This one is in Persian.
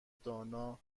دانا